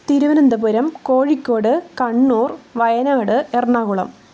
Thiruvananthapuram Kozhikode Kannur Wayanad Ernakulam